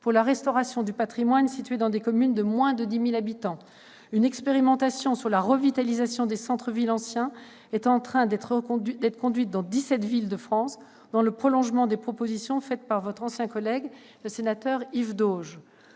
pour la restauration du patrimoine situé dans des communes de moins de 10 000 habitants. Une expérimentation sur la revitalisation des centres-villes anciens est actuellement conduite dans dix-sept villes de France, dans le prolongement des propositions faites par votre ancien collègue, Yves Dauge.